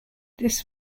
this